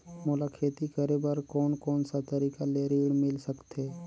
मोला खेती करे बर कोन कोन सा तरीका ले ऋण मिल सकथे?